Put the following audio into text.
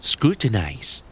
Scrutinize